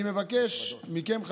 אני מבקש מכם,